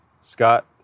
Scott